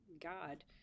God